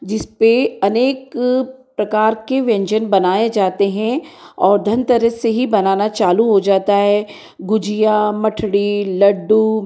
जिसपे अनेक प्रकार के व्यंजन बनाए जाते हैं और धनतेरस से ही बनाना चालू हो जाता है गुजिया मठड़ी लड्डू